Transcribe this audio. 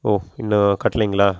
ஓ இன்னும் கட்டலைங்களா